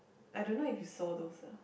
I don't know if you saw those ah